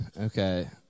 Okay